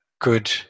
good